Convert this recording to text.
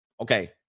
Okay